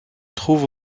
trouve